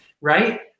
right